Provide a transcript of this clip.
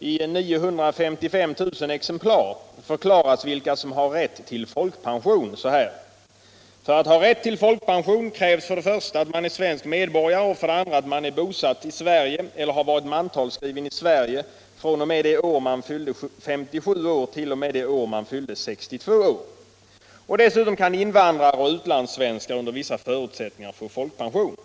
i 955 000 exemplar, förklaras vilka som har rätt till folkpension så här: ”För att ha rätt till folkpension krävs för det första att man är svensk medborgare och för det andra att man är bosatt i Sverige eller har varit mantalsskriven i Sverige från och med det år man fyllde 57 år till och med det år man fyllde 62 år.” Dessutom kan invandrare och utlandssvenskar under vissa förutsättningar få folkpension.